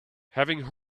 having